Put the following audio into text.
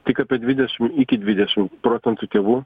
tik apie dvidešimt iki dvidešimt procentų tėvų